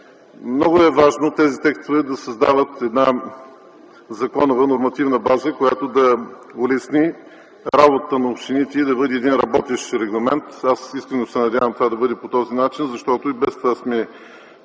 Много е важно тези текстове да създават една законова нормативна база, която да улесни работата на общините и да бъде един работещ регламент. Аз искрено се надявам това да стане по този начин, защото и без това сме